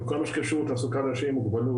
בכל מה שקשור לתעסוקה לאנשים עם מוגבלות,